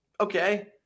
okay